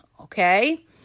Okay